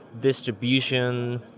distribution